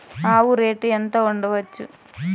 ఆవు రేటు ఎంత ఉండచ్చు?